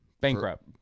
Bankrupt